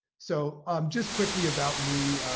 so um just quickly about me,